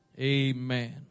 Amen